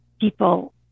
people